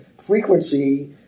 frequency